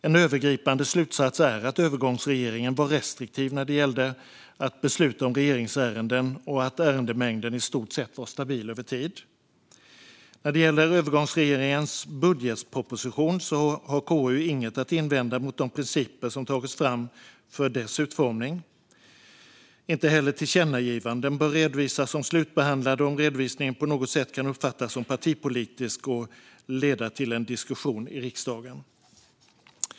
En övergripande slutsats är att övergångsregeringen var restriktiv när det gällde att besluta om regeringsärenden och att ärendemängden i stort sett var stabil över tid. När det gäller övergångsregeringens budgetproposition har KU inget att invända mot de principer som tagits fram för dess utformning. Inte heller tillkännagivanden bör redovisas som slutbehandlade om redovisningen på något sätt kan uppfattas som partipolitisk och leda till en diskussion i riksdagen.